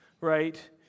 right